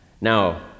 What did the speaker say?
now